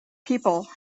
people